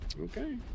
Okay